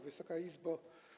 Wysoka Izbo!